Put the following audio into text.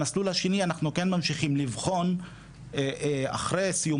במסלול השני אנחנו כן ממשיכים לבחון אחרי סיום